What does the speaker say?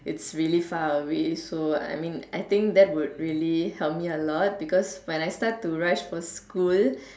it's really far away so I mean I think that would really help me a lot because when I start to rise for school